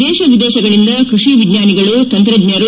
ದೇಶ ವಿದೇಶಗಳಿಂದ ಕೈಷಿ ವಿಜ್ವಾನಿಗಳು ತಂತ್ರಜ್ಞರು